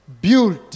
built